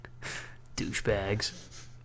Douchebags